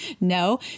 No